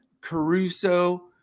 Caruso